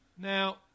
Now